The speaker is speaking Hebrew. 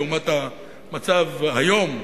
לעומת המצב היום,